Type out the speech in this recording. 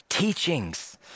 Teachings